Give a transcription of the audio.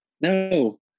No